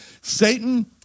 Satan